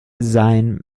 sein